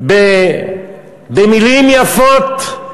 במילים יפות,